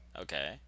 Okay